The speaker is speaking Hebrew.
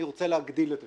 אני רוצה להגדיל את השוק,